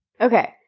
Okay